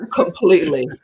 completely